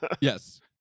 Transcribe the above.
Yes